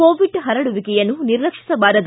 Covid ಪರಡುವಿಕೆಯನ್ನು ನಿರ್ಲಕ್ಷಿಸಬಾರದು